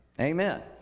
Amen